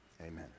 amen